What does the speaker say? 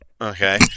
Okay